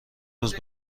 روز